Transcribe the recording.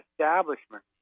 establishment